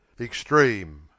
extreme